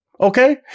Okay